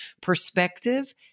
Perspective